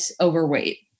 overweight